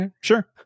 Sure